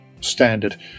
standard